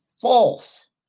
false